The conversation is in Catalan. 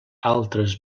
altres